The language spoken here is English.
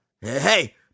Hey